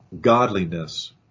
godliness